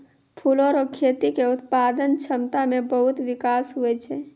फूलो रो खेती के उत्पादन क्षमता मे बहुत बिकास हुवै छै